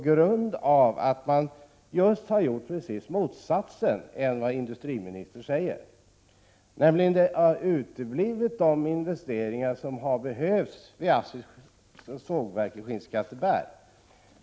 Man har 19 gjort precis motsatsen till det som industriministern säger. De investeringar som hade behövts vid ASSI:s sågverk i Skinnskatteberg har uteblivit.